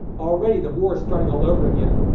already the war is starting all over again.